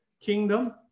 kingdom